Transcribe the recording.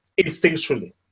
instinctually